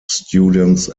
students